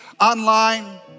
online